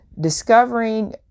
discovering